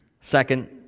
Second